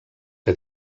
que